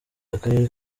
akarere